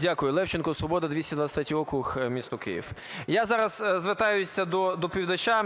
Дякую. Левченко, "Свобода", 223 округ, місто Київ. Я зараз звертаюся до доповідача